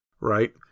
right